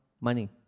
money